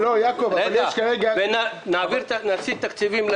יעקב, אבל יש כרגע --- נסיט תקציבים,